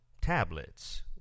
Tablets